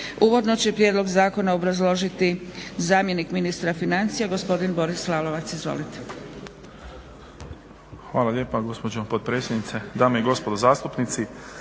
Uvodno će prijedlog zakona obrazložiti zamjenik ministra financija gospodin Boris Lalovac. Izvolite. **Lalovac, Boris** Hvala lijepa gospođo potpredsjednice. Dame i gospodo zastupnici.